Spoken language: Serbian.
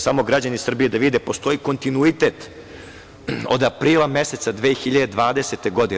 Samo građani Srbije da vide postoji kontinuitet od aprila meseca 2020. godine.